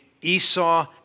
Esau